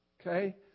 Okay